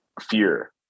fear